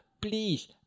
please